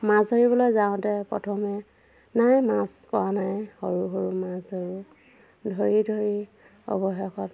মাছ ধৰিবলৈ যাওঁতে প্ৰথমে নাই মাছ পোৱা নাই সৰু সৰু মাছ ধৰো ধৰি ধৰি অৱশেষত